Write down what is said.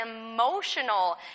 emotional